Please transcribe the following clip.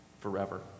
forever